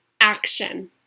action